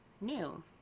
new